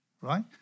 right